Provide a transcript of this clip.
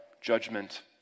judgment